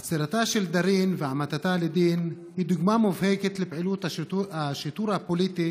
עצירתה של דארין והעמדתה לדין היא דוגמה מובהקת לפעילות השיטור הפוליטי